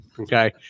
Okay